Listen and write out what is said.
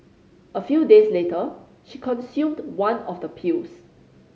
a few days later she consumed one of the pills